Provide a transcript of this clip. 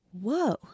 Whoa